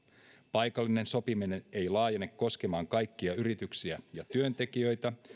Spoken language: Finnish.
paikallinen sopiminen ei laajene koskemaan kaikkia yrityksiä ja työntekijöitä